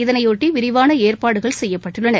இதனையாட்டி விரிவான ஏற்பாடுகள் செய்யப்பட்டுள்ளன